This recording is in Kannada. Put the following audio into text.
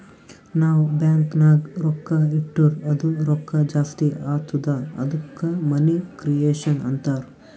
ನಾವ್ ಬ್ಯಾಂಕ್ ನಾಗ್ ರೊಕ್ಕಾ ಇಟ್ಟುರ್ ಅದು ರೊಕ್ಕಾ ಜಾಸ್ತಿ ಆತ್ತುದ ಅದ್ದುಕ ಮನಿ ಕ್ರಿಯೇಷನ್ ಅಂತಾರ್